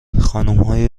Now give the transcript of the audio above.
خانمهای